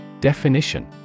Definition